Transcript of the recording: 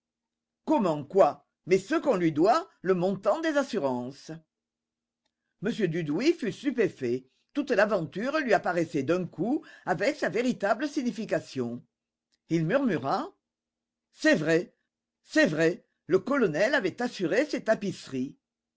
comment quoi mais ce qu'on lui doit le montant des assurances m dudouis fut stupéfait toute l'aventure lui apparaissait d'un coup avec sa véritable signification il murmura c'est vrai c'est vrai le colonel avait assuré ses tapisseries